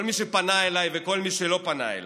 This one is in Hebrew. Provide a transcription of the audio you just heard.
כל מי שפנה אליי וכל מי שלא פנה אליי,